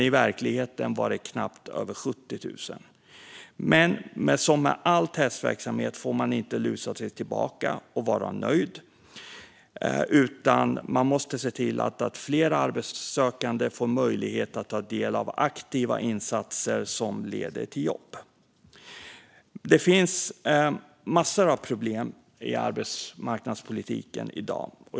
I verkligheten var det strax över 70 000. Som med all testverksamhet får man inte luta sig tillbaka och vara nöjd, utan man måste se till att fler arbetssökande får möjlighet att ta del av aktiva insatser som leder till jobb. Det finns massor av problem i arbetsmarknadspolitiken i dag.